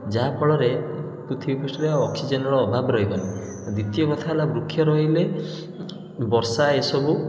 ଯାହାଫଳରେ ପୃଥିବୀ ପୃଷ୍ଟରେ ଆଉ ଅକ୍ସିଜେନ୍ର ଅଭାବ ରହିବନି ଆଉ ଦ୍ୱିତୀୟ କଥା ହେଲା ବୃକ୍ଷ ରହିଲେ ବର୍ଷା ଏସବୁ